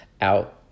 out